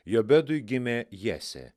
jobedui gimė jesė